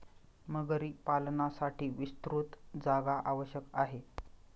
मगरी पालनासाठी विस्तृत जागा आवश्यक आहे